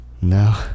no